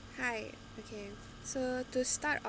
hi okay so to start